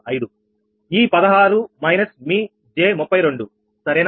025 ఈ 16 మైనస్ మీ j 32 సరేనా